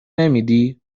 نمیدی